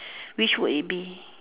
which would it be